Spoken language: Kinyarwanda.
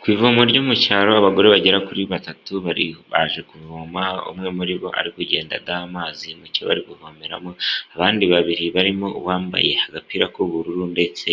Ku ivomo ryo mu cyaro abagore bagera kuri batatu baje kuvoma, umwe muri bo ari kugenda adaha amazi mu cyo bari kuvomeramo. Abandi babiri barimo uwambaye agapira k'ubururu ndetse